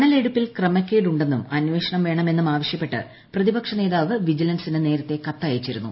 മണലെടുപ്പിൽ ക്രമക്കേടുണ്ടെന്നും അന്വേഷണം വേണമെന്നും ആവശ്യപ്പെട്ട് പ്രതിപക്ഷ നേതാവ് വിജിലൻസിന് നേരത്തെ കത്തയച്ചിരുന്നു